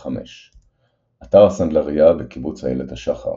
1925 אתר הסנדלריה בקיבוץ איילת השחר